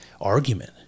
argument